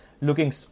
looking